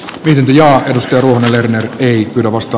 linjaa edusti unhcr ei arvosta